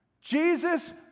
Jesus